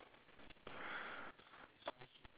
okay I have